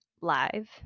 live